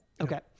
Okay